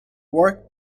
work